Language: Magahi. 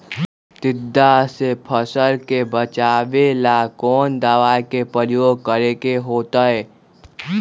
टिड्डा से फसल के बचावेला कौन दावा के प्रयोग करके होतै?